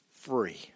free